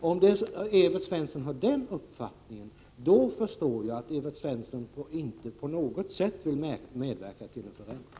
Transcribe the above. Om Evert Svensson har den uppfattningen, då förstår jag att han inte på något sätt vill medverka till en förändring.